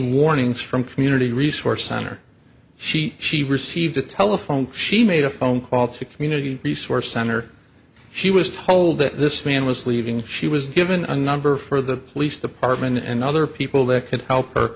warnings from community resource center she she received a telephone she made a phone call to community resource center she was told that this man was leaving she was given a number for the police department and other people that could help her